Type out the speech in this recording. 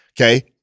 okay